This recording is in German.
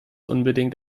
unbedingt